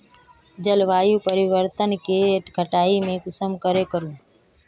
जलवायु परिवर्तन के कटाई में कुंसम करे करूम?